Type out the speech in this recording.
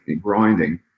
grinding